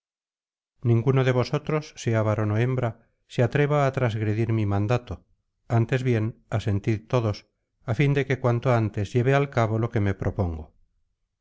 ninguno de vosotros sea varón ó hembra se atreva á transgredir mi mandato antes bien asentid todos á fin de que cuanto antes lleve al cabo lo que me propongo